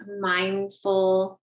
mindful